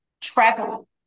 travel